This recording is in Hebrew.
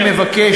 מיקי.